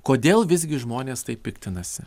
kodėl visgi žmonės taip piktinasi